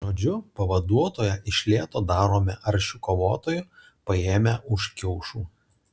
žodžiu pavaduotoją iš lėto darome aršiu kovotoju paėmę už kiaušų